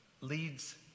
leads